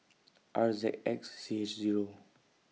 R Z X C H Zero